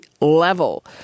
level